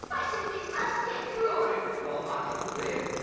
i simply must get through. sorry, you're ah much to big.